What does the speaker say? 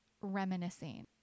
reminiscing